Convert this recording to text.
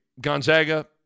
Gonzaga